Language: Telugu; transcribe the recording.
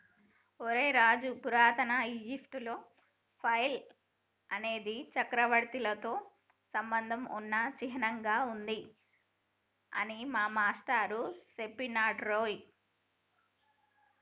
ఒరై రాజు పురాతన ఈజిప్టులో ఫైల్ అనేది చక్రవర్తితో సంబంధం ఉన్న చిహ్నంగా ఉంది అని మా మాష్టారు సెప్పినాడురా